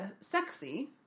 sexy